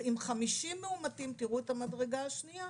עם 50 מאומתים תראו את המדרגה השנייה,